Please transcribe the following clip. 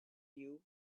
you